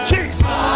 Jesus